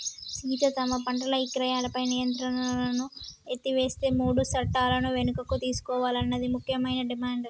సీత తమ పంటల ఇక్రయాలపై నియంత్రణను ఎత్తివేసే మూడు సట్టాలను వెనుకకు తీసుకోవాలన్నది ముఖ్యమైన డిమాండ్